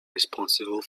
responsible